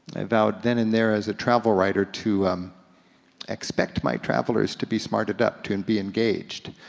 i vowed then and there as a travel writer to um expect my travelers to be smarted up, to and be engaged.